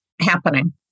happening